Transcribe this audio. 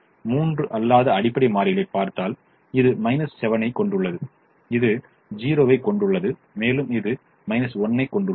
ஆனால் 3 அல்லாத அடிப்படை மாறிகளைப் பார்த்தால் இது 7 ஐக் கொண்டுள்ளது இது 0 ஐக் கொண்டுள்ளது இது 1 ஐக் கொண்டுள்ளது